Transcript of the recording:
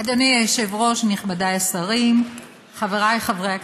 אדוני היושב-ראש, נכבדיי השרים, חבריי חברי הכנסת,